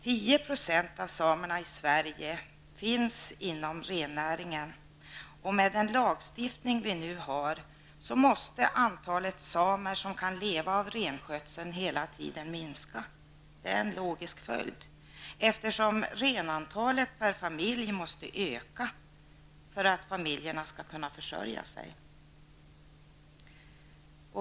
10 % av samerna i Sverige är sysselsatta inom rennäringen. Med den lagstiftning som vi nu har måste antalet samer som kan leva av renskötsel hela tiden minska. Det är en logisk följd, eftersom renantalet per familj måste öka för att familjerna skall kunna försörja sig.